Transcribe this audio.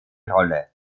rolle